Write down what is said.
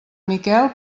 miquel